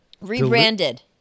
Rebranded